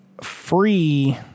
free